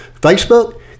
Facebook